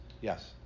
Yes